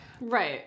Right